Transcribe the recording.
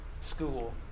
school